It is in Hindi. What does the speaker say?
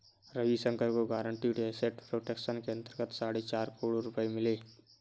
रविशंकर को गारंटीड एसेट प्रोटेक्शन के अंतर्गत साढ़े चार करोड़ रुपये मिले